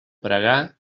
pregar